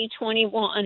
2021